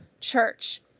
church